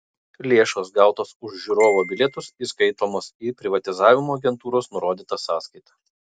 lėšos gautos už žiūrovo bilietus įskaitomos į privatizavimo agentūros nurodytą sąskaitą